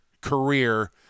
career